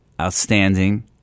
outstanding